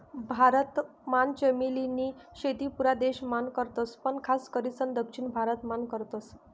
भारत मान चमेली नी शेती पुरा देश मान करतस पण खास करीसन दक्षिण भारत मान करतस